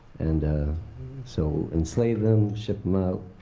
and so enslave them, ship them out,